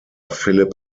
philip